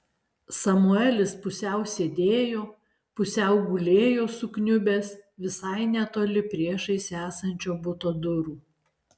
samuelis pusiau sėdėjo pusiau gulėjo sukniubęs visai netoli priešais esančio buto durų